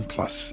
Plus